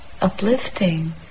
uplifting